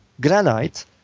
granite